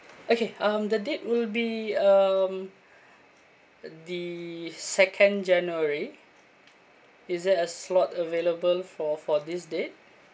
okay um the date will be um the second january is there a slot available for for this date